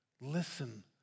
listen